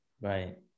Right